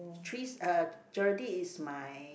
three uh Geraldine is my